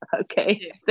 okay